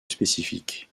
spécifique